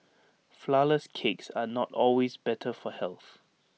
Flourless Cakes are not always better for health